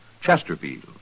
Chesterfield